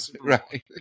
right